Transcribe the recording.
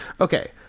okay